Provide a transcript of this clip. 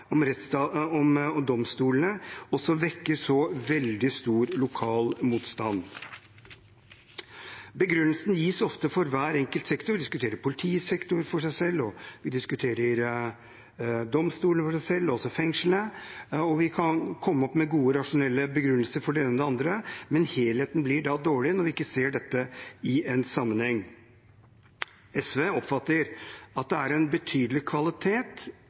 om i dag, om domstolene, også vekker så veldig stor lokal motstand. Begrunnelsen gis ofte for hver enkelt sektor. Vi diskuterer politisektoren for seg selv. Vi diskuterer domstolene og også fengslene for seg selv. Vi kan komme opp med gode rasjonelle begrunnelser for det ene og det andre, men helheten blir dårlig når vi ikke ser dette i en sammenheng. SV oppfatter at det er en betydelig kvalitet